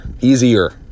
easier